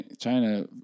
China